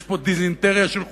יש פה דיזנטריה של חוקים,